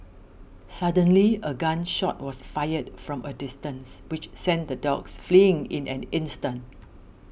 suddenly a gun shot was fired from a distance which sent the dogs fleeing in an instant